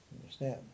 Understand